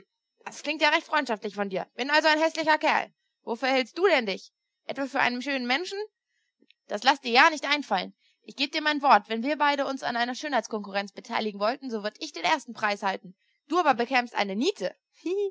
das klingt ja recht freundschaftlich von dir bin also ein häßlicher kerl wofür hältst du denn dich etwa für einen schönen menschen das laß dir ja nicht einfallen ich gebe dir mein wort wenn wir beide uns an einer schönheitskonkurrenz beteiligen wollten so würde ich den ersten preis erhalten du aber bekämst eine niete